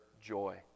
joy